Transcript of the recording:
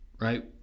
right